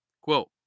quote